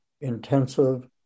intensive